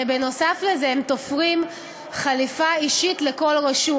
נוסף על זה, הם תופרים חליפה אישית לכל רשות.